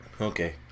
Okay